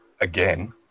again